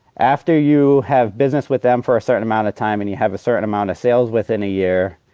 after you have business with them for a certain amount of time and you have a certain amount of sales within a year,